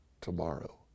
tomorrow